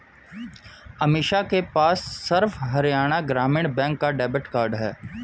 अमीषा के पास सर्व हरियाणा ग्रामीण बैंक का डेबिट कार्ड है